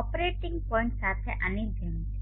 operating point સાથે આની જેમ છે